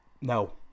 No